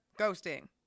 ghosting